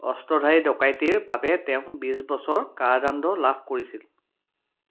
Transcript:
অস্ত্ৰধাৰী ডকাইতিৰ বাবে তেওঁ বিশ বছৰ কাৰাদণ্ড লাভ কৰিছিল